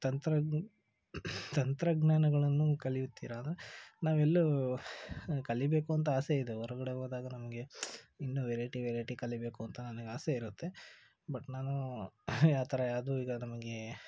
ತಂತ್ರಜ್ಞ ತಂತ್ರಜ್ಞಾನಗಳನ್ನು ಕಲಿಯುತ್ತೀರ ಅಂದರೆ ನಾವೆಲ್ಲೂ ಹ ಕಲಿಬೇಕು ಅಂತ ಆಸೆ ಇದೆ ಹೊರಗಡೆ ಹೋದಾಗ ನಮಗೆ ಇನ್ನೂ ವೆರೈಟಿ ವೆರೈಟಿ ಕಲಿಬೇಕು ಅಂತ ನನಗೆ ಆಸೆ ಇರುತ್ತೆ ಬಟ್ ನಾನು ಯಾವ ಥರ ಯಾವುದು ಈಗ ನಮಗೆ